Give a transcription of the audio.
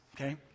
Okay